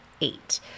eight